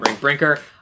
Brinker